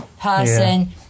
person